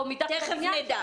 או מתחת --- תיכף נדע.